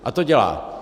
A to dělá.